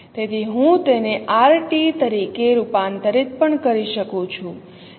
તેથી હું તેને R | t તરીકે રૂપાંતરિત પણ કરી શકું છું